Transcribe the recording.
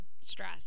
stress